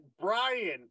brian